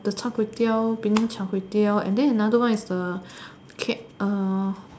the Char-Kway-Teow Penang Char-Kway-Teow and then another one is the okay